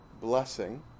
blessing